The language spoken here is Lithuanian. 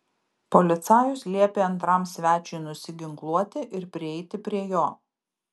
policajus liepė antram svečiui nusiginkluoti ir prieiti prie jo